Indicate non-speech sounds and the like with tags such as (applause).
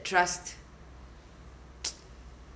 trust (noise)